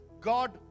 God